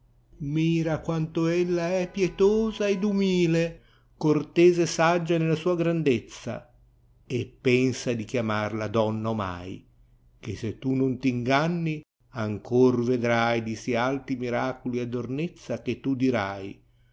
mira quanto ella è pietosa ed umile cortese e saggia nella sua grandezza pensa di chiamarla donna omai che se tu non t inganni ancor vedrai di si alti miracoli ddornezza che tu dirai